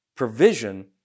Provision